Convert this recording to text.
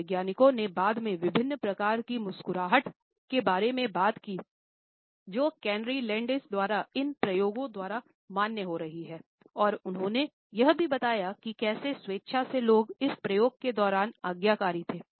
मनोवैज्ञानिकों ने बाद में विभिन्न प्रकार की मुस्कुराहट के बारे में बात की जो कार्नी लैंडिस द्वारा इन प्रयोगों द्वारा मान्य हो रही है और उन्होंने यह भी बताया कि कैसे स्वेच्छा से लोग इस प्रयोग के दौरान आज्ञाकारी थे